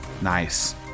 Nice